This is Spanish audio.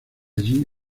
allí